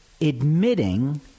admitting